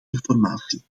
informatie